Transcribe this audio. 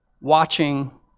watching